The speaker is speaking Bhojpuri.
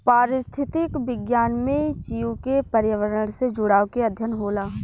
पारिस्थितिक विज्ञान में जीव के पर्यावरण से जुड़ाव के अध्ययन होला